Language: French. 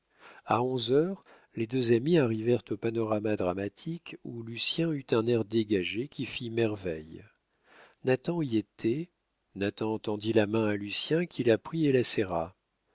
a onze heures les deux amis arrivèrent au panorama dramatique où lucien eut un air dégagé qui fit merveille nathan y était nathan tendit la main à lucien qui la prit et la serra